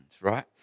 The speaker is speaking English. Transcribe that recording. Right